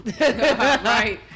Right